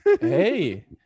hey